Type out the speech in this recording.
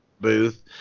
booth